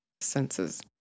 senses